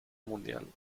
mundial